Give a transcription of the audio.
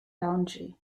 boundary